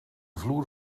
vloer